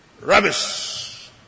Rubbish